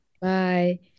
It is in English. Bye